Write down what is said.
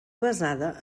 basada